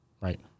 right